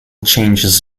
changes